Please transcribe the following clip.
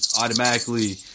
automatically